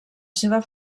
seva